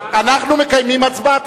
אנחנו מקיימים הצבעה,